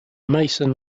mason